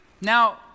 Now